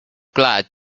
glad